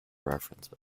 references